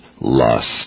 lust